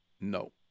No